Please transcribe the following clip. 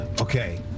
okay